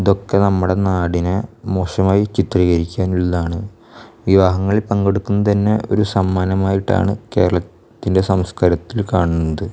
ഇതൊക്കെ നമ്മുടെ നാടിനെ മോശമായി ചിത്രീകരിക്കാനുള്ളതാണ് വിവാഹങ്ങൾ പങ്കെടുക്കുന്നതു തന്നെ ഒരു സമ്മാനമായിട്ടാണ് കേരളത്തിലെ സംസ്കാരത്തിൽ കാണുന്നത്